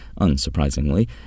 unsurprisingly